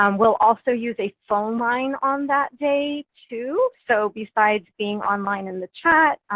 um we'll also use a phone line on that day too so besides being online in the chat,